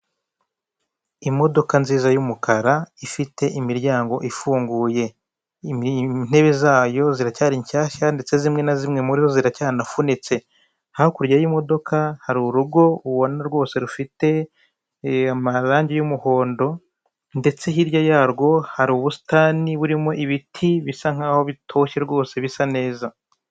Imodoka nziza y'umukara ifite imiryango ifunguye, intebe zayo ziracyari nshyashya ndetse zimwe na zimwe muri zo ziracyanafunitse, hakurya y'imodoka hari urugo ubona rwose rufite amarangi y'umuhondo ndetse hirya yarwo hari ubusitani burimo ibiti bisa nkaho bitoshye rwose bisa neza.